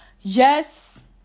yes